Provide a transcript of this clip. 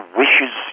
wishes